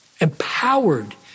empowered